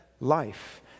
life